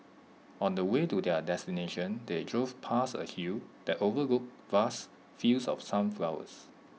on the way to their destination they drove past A hill that overlooked vast fields of sunflowers